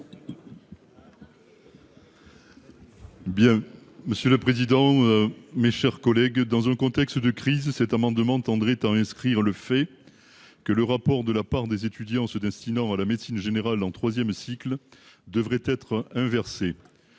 monsieur le président, mes chers collègues, dans un contexte de crise cet amendement André à inscrire le fait que le rapport de la part des étudiants se destinant à la médecine générale en 3ème cycle devrait être inversé,